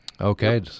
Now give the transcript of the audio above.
Okay